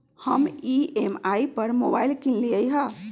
हम ई.एम.आई पर मोबाइल किनलियइ ह